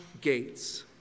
gates